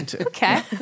Okay